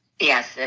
yes